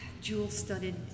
jewel-studded